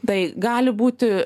tai gali būti